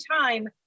time